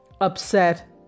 upset